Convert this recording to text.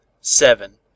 SEVEN